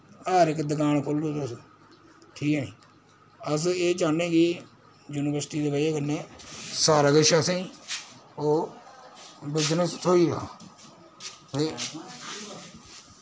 हर इक दुकान खोह्लो तुस ठीक ऐ नि अस एह् चाहने कि जूनिवर्सिटी दी वजह कन्नै सारा किश असेंई ओ बिजनेस थ्होई दा ते